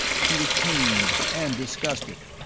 he was pained and disgusted.